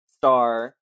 star